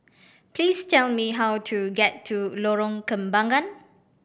please tell me how to get to Lorong Kembagan